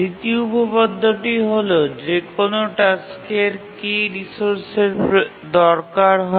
দ্বিতীয় উপপাদ্যটি হল যে কোনও টাস্কের k রিসোর্সের দরকার হয়